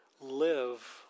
live